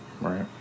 Right